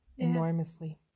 enormously